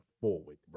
forward